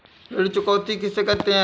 ऋण चुकौती किसे कहते हैं?